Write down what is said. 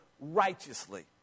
righteously